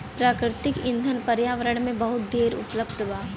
प्राकृतिक ईंधन पर्यावरण में बहुत ढेर उपलब्ध बा